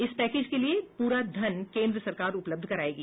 इस पैकेज के लिए पूरा धन केन्द्र सरकार उपलब्ध कराएगी